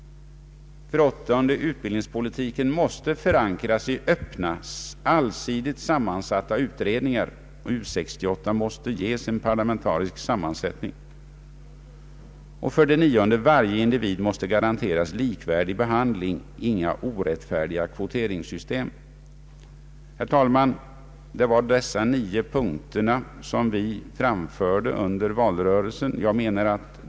8. Utbildningspolitiken måste förankras i öppna, allsidigt sammansatta utredningar. U 68 måste ges parlamentarisk sammansättning. 9. Varje individ måste garanteras likvärdig behandling. Inga orättfärdiga kvoteringssystem. Herr talman! Det var dessa nio punkter vi framförde under valrörelsen.